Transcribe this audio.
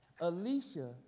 Alicia